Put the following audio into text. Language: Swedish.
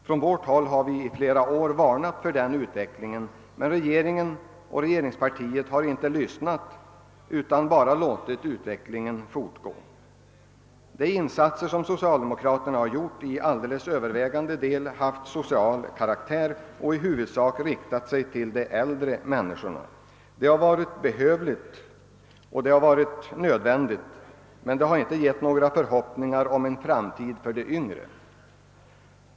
Från vårt håll har vi under flera år varnat för denna utveckling, men regeringen och regeringspartiet har inte lyssnat utan bara låtit utvecklingen fortgå. De insatser socialdemokraterna gjort har till helt övervägande del haft social karaktär och har i huvudsak varit inriktade på de äldre människorna. Det har varit behövligt men har inte gett några förhoppningar om en framtid för de yngre.